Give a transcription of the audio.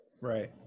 Right